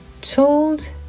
told